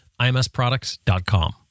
imsproducts.com